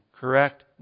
correct